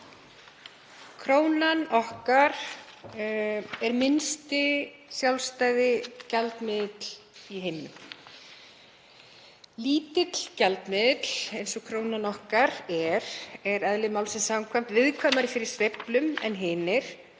Krónan okkar er minnsti sjálfstæði gjaldmiðill í heiminum. Lítill gjaldmiðill eins og krónan okkar er eðli málsins samkvæmt viðkvæmari fyrir sveiflum en hinir.